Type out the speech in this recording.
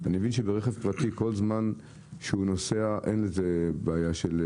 אני מבין שברכב פרטי כל זמן שהוא נוסע אין שום בעיה.